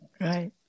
Right